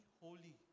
holy